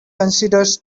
considers